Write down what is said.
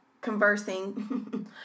conversing